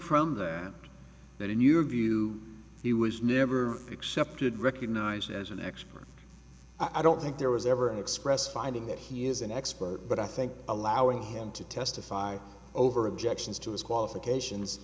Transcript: from that that in your view he was never accepted recognized as an expert i don't think there was ever expressed finding that he is an expert but i think allowing him to testify over objections to his qualifications